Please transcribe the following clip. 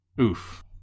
oof